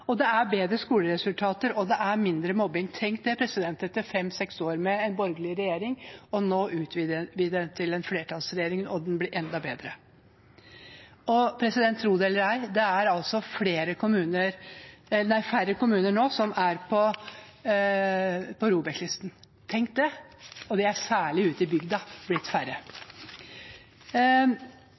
det er bedre skoleresultater, og det er mindre mobbing. Tenk det! Etter fem–seks år med en borgerlig regjering utvider vi den nå til en flertallsregjering og den blir enda bedre. Og tro det eller ei, men det er færre kommuner nå som er på ROBEK-listen. Tenk det! Og det er særlig i bygdene at det er blitt færre.